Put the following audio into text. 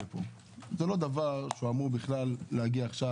זה לא דבר שאמור להגיע עכשיו.